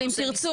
ציבור.